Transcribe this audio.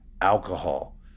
alcohol